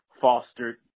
fostered